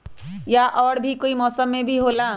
या और भी कोई मौसम मे भी होला?